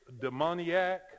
demoniac